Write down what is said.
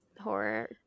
horror